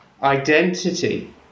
Identity